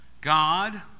God